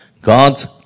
God's